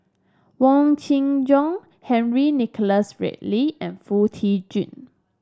Wong Kin Jong Henry Nicholas Ridley and Foo Tee Jun